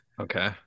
Okay